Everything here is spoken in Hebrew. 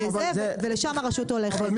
ליד הבית שלו, ולשם הרשות הולכת.